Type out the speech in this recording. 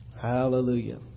Hallelujah